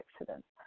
accidents